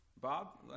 Bob